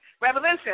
revolution